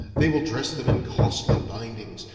they will dress them in costly bindings,